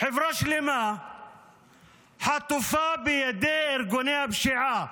חברה שלמה חטופה בידי ארגוני הפשיעה